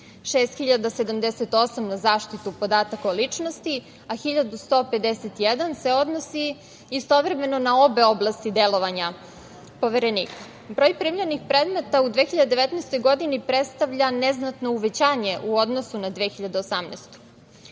6.078 na zaštitu podataka o ličnosti, a 1.151 se odnosi istovremeno na obe oblasti delovanja Poverenika. Broj primljenih predmeta u 2019. godini predstavlja neznatno uvećanje u odnosu na 2018. godinu.